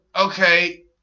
okay